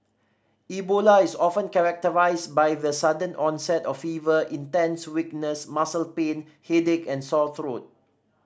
Ebola is often characterised by the sudden onset of fever intense weakness muscle pain headache and sore throat